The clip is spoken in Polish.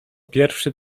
pierwszy